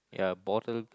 ya bottle